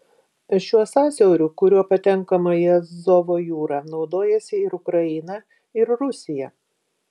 šiuo sąsiauriu kuriuo patenkama į azovo jūrą naudojasi ir ukraina ir rusija